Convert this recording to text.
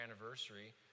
anniversary